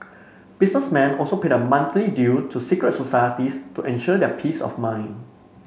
businessmen also paid a monthly due to secret societies to ensure their peace of mind